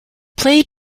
play